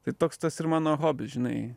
tai toks tas ir mano hobis žinai